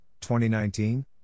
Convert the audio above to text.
2019